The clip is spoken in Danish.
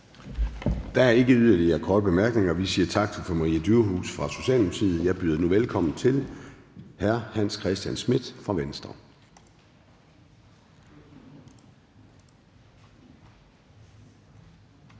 Der er ikke yderligere korte bemærkninger, og vi siger tak til fru Maria Durhuus fra Socialdemokratiet. Jeg byder nu velkommen til hr. Hans Christian Schmidt fra Venstre.